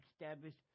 established